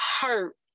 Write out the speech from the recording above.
hurt